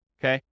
okay